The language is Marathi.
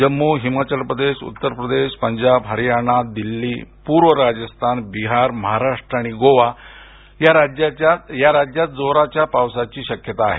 जम्मू हिमाचल प्रदेश उत्तर प्रदेश पंजाब हरयाणा दिल्ली पूर्व राजस्थान बिहार महाराष्ट्र आणि गोवा या राज्यात जोराच्या पावसाची शक्यता आहे